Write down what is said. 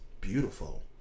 beautiful